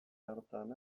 hartan